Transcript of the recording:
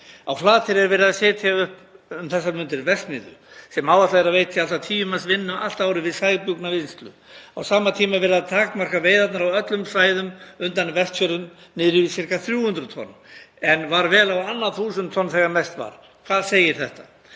Á Flateyri er verið að setja upp um þessar mundir verksmiðju sem áætlað er að veiti allt að 10 manns vinnu allt árið við sæbjúgnavinnslu. Á sama tíma er verið að takmarka veiðarnar á öllum svæðum undan Vestfjörðum niður í sirka 300 tonn en var vel á annað þúsund tonn þegar mest var. Hvað segir þetta?